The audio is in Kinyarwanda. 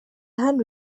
hano